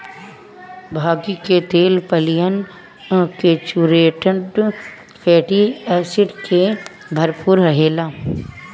भांगी के तेल पालियन सैचुरेटेड फैटी एसिड से भरपूर रहेला